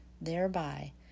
thereby